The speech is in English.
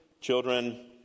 children